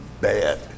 bad